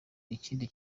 ikindi